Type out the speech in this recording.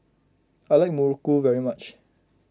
I like Muruku very much